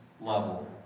level